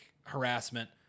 harassment